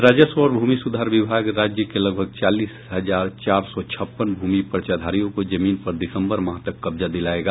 राजस्व और भूमि सुधार विभाग राज्य के लगभग चालीस हजार चार सौ छप्पन भूमि पर्चाधारियों को जमीन पर दिसंबर माह तक कब्जा दिलायेगा